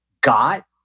got